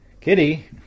Kitty